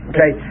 Okay